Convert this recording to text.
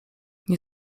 nie